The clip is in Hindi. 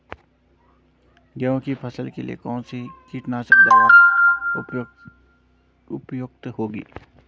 गेहूँ की फसल के लिए कौन सी कीटनाशक दवा उपयुक्त होगी?